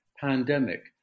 pandemic